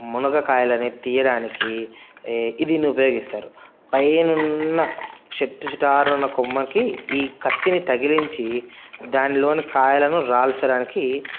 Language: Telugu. మునగ కాయలని తీయడానికి దీన్ని ఉపయోగిస్తారు పైనున్న చిట్టచిటారునున్న కొమ్మకి ఈ కత్తిని తగిలించి దానిలోని కాయలను రాల్చడానికి